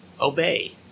obey